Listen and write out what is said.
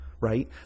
right